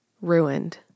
ruined